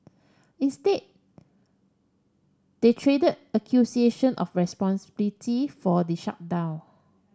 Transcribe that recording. instead they traded accusation of responsibility for the shutdown